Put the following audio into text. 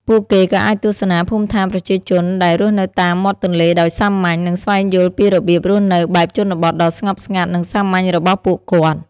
ពួកគេក៏អាចទស្សនាភូមិឋានប្រជាជនដែលរស់នៅតាមមាត់ទន្លេដោយសាមញ្ញ និងស្វែងយល់ពីរបៀបរស់នៅបែបជនបទដ៏ស្ងប់ស្ងាត់និងសាមញ្ញរបស់ពួកគាត់។